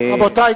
רבותי,